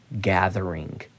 gathering